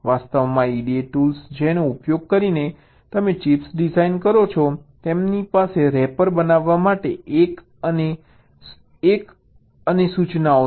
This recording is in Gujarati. વાસ્તવમાં EDA ટૂલ્સ જેનો ઉપયોગ કરીને તમે ચિપ્સ ડિઝાઇન કરો છો તેમની પાસે રેપર બનાવવા માટે એક અને સૂચનાઓ છે